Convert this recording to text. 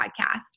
podcast